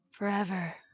Forever